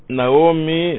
Naomi